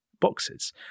boxes